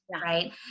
Right